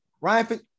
Ryan